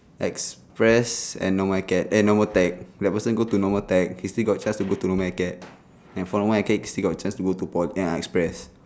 express and normal acad eh normal tech the person go to normal tech he still got chance to go to normal acad and from normal acad he got chance to go to polytech~ express